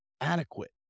adequate